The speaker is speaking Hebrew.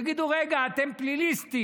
יגידו: רגע, אתם פליליסטים,